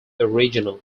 original